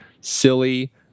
Silly